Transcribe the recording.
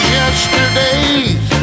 yesterday's